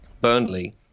Burnley